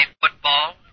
football